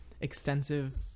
extensive